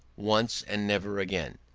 once and never again.